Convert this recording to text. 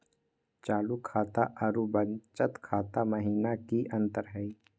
चालू खाता अरू बचत खाता महिना की अंतर हई?